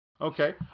Okay